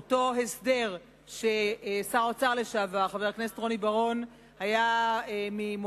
אותו הסדר ששר האוצר לשעבר חבר הכנסת רוני בר-און היה ממוביליו,